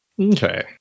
Okay